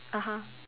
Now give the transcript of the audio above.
(uh huh)